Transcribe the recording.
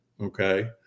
okay